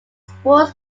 sports